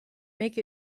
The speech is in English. make